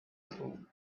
through